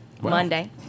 Monday